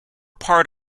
part